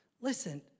listen